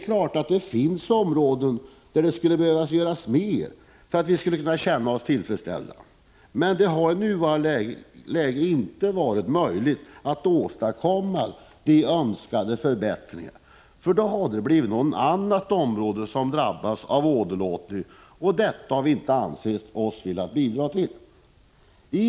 Självfallet finns det områden där det skulle behöva göras mer för att vi skulle kunna känna oss tillfredsställda, men det har i nuvarande läge inte varit möjligt att åstadkomma de önskade förbättringarna, eftersom detta hade medfört att något annat område hade drabbats av åderlåtningen. Vi har inte ansett oss kunna bidra till det.